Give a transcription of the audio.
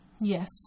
Yes